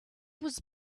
was